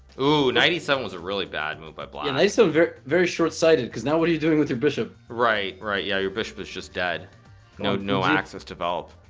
ooh ninety seven was a really bad move by black and they sound very very short-sighted because now what are you doing with your bishop right right yeah your bishop is just dead no no access developed